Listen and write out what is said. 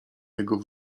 jego